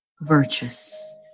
virtues